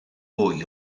fwy